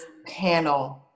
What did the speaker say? panel